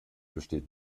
besteht